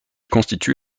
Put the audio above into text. constitue